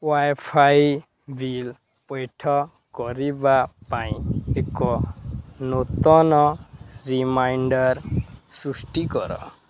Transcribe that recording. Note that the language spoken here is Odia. ୱାଇଫାଇ ବିଲ୍ ପୈଠ କରିବା ପାଇଁ ଏକ ନୂତନ ରିମାଇଣ୍ଡର୍ ସୃଷ୍ଟି କର